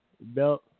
belt